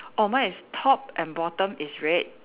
oh my is top and bottom is red